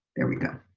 there we go,